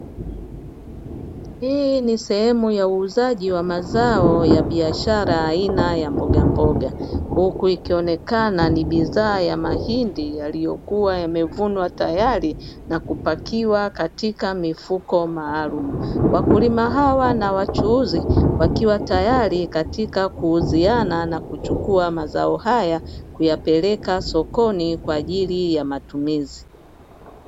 Hii ni sehemu ya uuzaji wa mazao ya biashara aina ya mbogamboga huku ikionekana ni bidhaa ya mahindi yaliyokua yamevunwa tayari na kupakiwa katika mifuko maalumu, wakulima hawa na wachuuzi wakiwa tayari kuuziana na kuchukua mazao haya kuyapeleka sokoni kwa ajili ya matumizi.